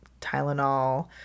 Tylenol